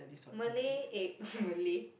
Malay eh Malay